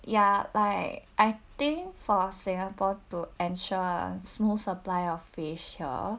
ya like I think for singapore to ensure smooth supply of fish here